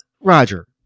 Roger